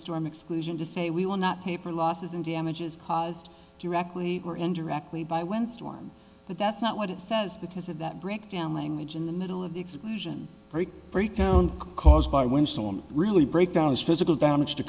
storm exclusion to say we will not paper losses in damages caused directly or indirectly by when storms but that's not what it says because of that breakdown language in the middle of the exclusion breakdown caused by one storm really break down as physical damage to